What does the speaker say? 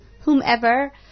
whomever